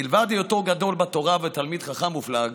מלבד היותו גדול בתורה ותלמיד חכם מופלג